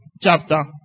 chapter